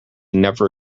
never